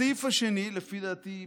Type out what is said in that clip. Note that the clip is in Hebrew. בסעיף השני, לפי דעתי בטעות,